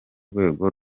rwego